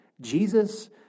jesus